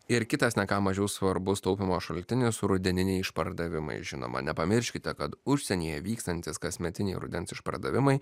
ir kitas ne ką mažiau svarbus taupymo šaltinis rudeniniai išpardavimai žinoma nepamirškite kad užsienyje vykstantys kasmetiniai rudens išpardavimai